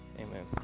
Amen